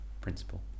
principle